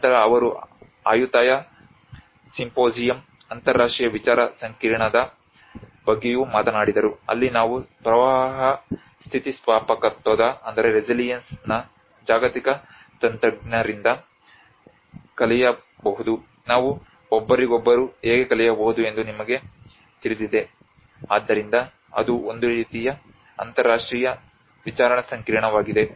ನಂತರ ಅವರು ಆಯುತ್ತಯ ಸಿಂಪೋಸಿಯಂನ ಅಂತರರಾಷ್ಟ್ರೀಯ ವಿಚಾರ ಸಂಕಿರಣದ ಬಗ್ಗೆಯೂ ಮಾತನಾಡಿದರು ಅಲ್ಲಿ ನಾವು ಪ್ರವಾಹ ಸ್ಥಿತಿಸ್ಥಾಪಕತ್ವದ ಜಾಗತಿಕ ತಜ್ಞರಿಂದ ಕಲಿಯಬಹುದು ನಾವು ಒಬ್ಬರಿಗೊಬ್ಬರು ಹೇಗೆ ಕಲಿಯಬಹುದು ಎಂದು ನಿಮಗೆ ತಿಳಿದಿದೆ ಆದ್ದರಿಂದ ಅದು ಒಂದು ರೀತಿಯ ಅಂತರರಾಷ್ಟ್ರೀಯ ವಿಚಾರ ಸಂಕಿರಣವಾಗಿದೆ